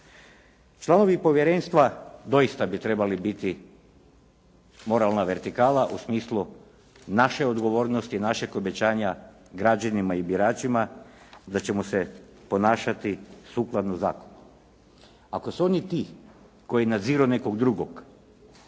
Članovi povjerenstva doista bi morali biti moralna vertikala u smislu naše odgovornosti, našeg obećanja građanima i biračima da ćemo se ponašati sukladno zakonu. Ako su oni ti koji nadziru nekog drugog